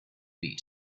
beat